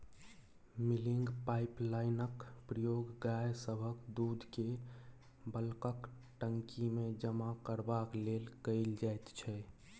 milking पाइपलाइनक प्रयोग गाय सभक दूधकेँ बल्कक टंकीमे जमा करबाक लेल कएल जाइत छै